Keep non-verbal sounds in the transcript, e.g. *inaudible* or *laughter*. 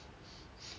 *noise*